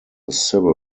civil